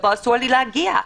אבל אסור לי להגיע,